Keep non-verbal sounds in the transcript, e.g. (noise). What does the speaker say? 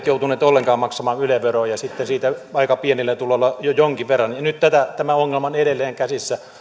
(unintelligible) joutuneet ollenkaan maksamaan yle veroa ja sitten aika pienillä tuloilla jo jonkin verran nyt tämä ongelma on edelleen käsissä